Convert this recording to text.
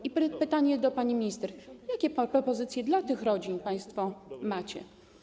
I pytanie do pani minister: Jakie propozycje dla tych rodzin państwo macie?